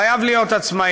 חייב להיות עצמאי,